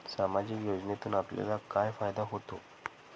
सामाजिक योजनेतून आपल्याला काय फायदा होतो?